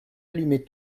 allumé